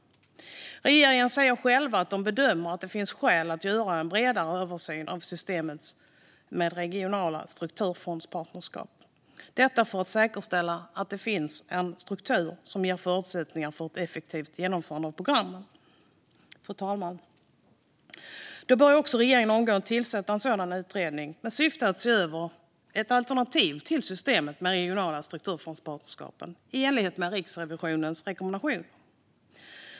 Regeringen säger själv att den bedömer att det finns skäl att göra en bredare översyn av systemet med regionala strukturfondspartnerskap, detta för att säkerställa att det finns en struktur som ger förutsättningar för ett effektivt genomförande av programmen. Fru talman! Regeringen bör omgående tillsätta en utredning med syfte att se över ett alternativ till systemet med regionala strukturfondspartnerskap, i enlighet med Riksrevisionens rekommendationer.